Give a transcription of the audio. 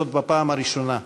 וזאת בפעם הראשונה,